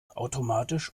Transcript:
automatisch